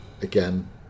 Again